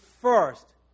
first